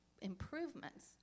improvements